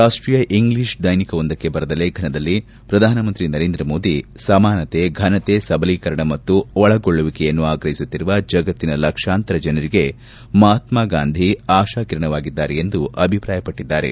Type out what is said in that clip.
ರಾಷ್ಷೀಯ ಇಂಗ್ಲೀಷ್ ದೈನಿಕವೊಂದಕ್ಕೆ ಬರೆದ ಲೇಖನದಲ್ಲಿ ಪ್ರಧಾನಮಂತ್ರಿ ನರೇಂದ್ರ ಮೋದಿ ಸಮಾನತೆ ಫನತೆ ಸಬಲೀಕರಣ ಮತ್ತು ಒಳಗೊಳ್ಳುವಿಕೆಯನ್ನು ಆಗ್ರಹಿಸುತ್ತಿರುವ ಜಗತ್ತಿನ ಲಕ್ಷಾಂತರ ಜನರಿಗೆ ಮಹಾತ್ನಗಾಂಧಿ ಆಶಾಕಿರಣವಾಗಿದ್ದಾರೆ ಎಂದು ಅಭಿಪ್ರಾಯಪಟ್ಟದ್ದಾರೆ